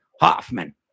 hoffman